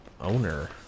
owner